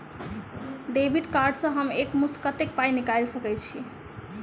Debit card सँ हम एक मुस्त कत्तेक पाई निकाल सकय छी?